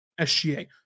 SGA